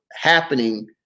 happening